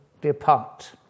depart